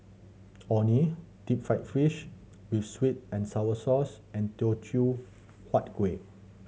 Orh Nee deep fried fish with sweet and sour sauce and Teochew Huat Kueh